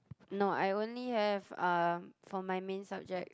no I only have um for my main subject